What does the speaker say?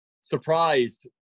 surprised